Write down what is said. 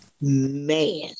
Man